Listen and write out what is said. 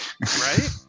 Right